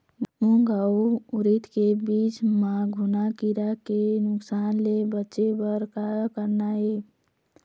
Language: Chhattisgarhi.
मूंग अउ उरीद के बीज म घुना किरा के नुकसान ले बचे बर का करना ये?